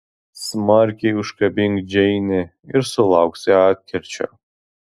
smarkiai užkabink džeinę ir sulauksi atkirčio